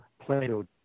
Plato